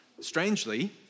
strangely